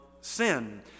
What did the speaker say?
sin